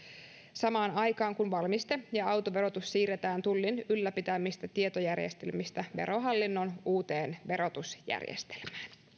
samaan aikaan kun valmiste ja autoverotus siirretään tullin ylläpitämistä tietojärjestelmistä verohallinnon uuteen verotusjärjestelmään